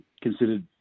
considered